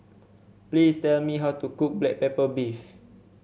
please tell me how to cook Black Pepper Beef